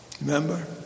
Remember